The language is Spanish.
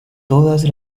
todas